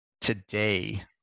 today